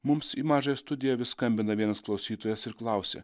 mums į mažąją studiją vis skambina vienas klausytojas ir klausia